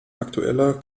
aktueller